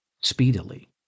speedily